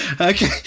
Okay